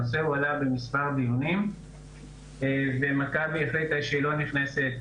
הנושא הועלה במספר דיונים ומכבי החליטה שהיא לא נכנסת